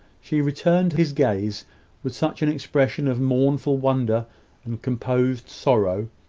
she returned his gaze with such an expression of mournful wonder and composed sorrow,